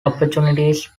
opportunities